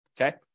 Okay